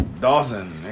Dawson